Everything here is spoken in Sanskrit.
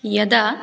यदा